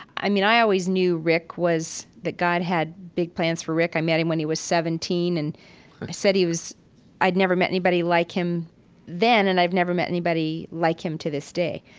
i mean, i always knew rick was that god had big plans for rick. i met him when he was seventeen. and i said he was i had never met anybody like him then and i've never met anybody like him to this day.